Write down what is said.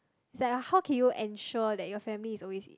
it's like how can you ensure that your family is always